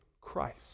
Christ